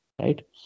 right